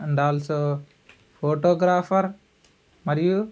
and also photographer మరియు